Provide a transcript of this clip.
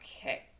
Okay